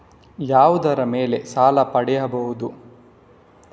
ಯಾವುದರ ಮೇಲೆ ಸಾಲ ಪಡೆಯಬಹುದು?